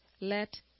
let